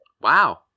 Wow